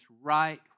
right